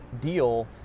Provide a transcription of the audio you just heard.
deal